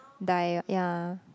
die yeah